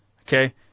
Okay